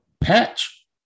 patch